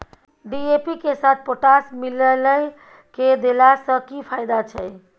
DAP के साथ potash मिललय के देला स की फायदा छैय?